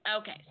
Okay